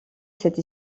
cette